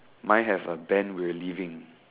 mine have a band will leaving